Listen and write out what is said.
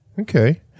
Okay